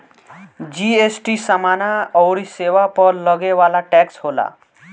GST समाना अउरी सेवा पअ लगे वाला टेक्स होला